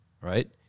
right